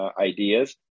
ideas